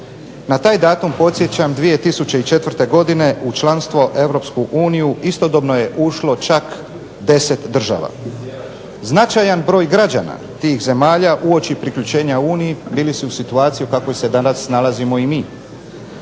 Na taj datum podsjećam 2004. godine u članstvo u Europsku uniju istodobno je ušlo čak 10 država. Značajan broj građana tih zemalja uoči priključenja Uniji bili su u situaciji u kakvoj se danas nalazimo i mi.